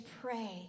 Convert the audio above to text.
pray